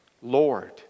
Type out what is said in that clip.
Lord